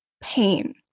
pain